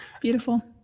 beautiful